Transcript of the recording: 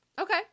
Okay